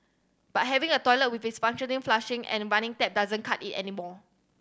but having a toilet with is functional flushing and running tap doesn't cut it anymore